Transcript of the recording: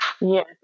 yes